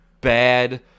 bad